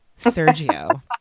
Sergio